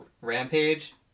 Rampage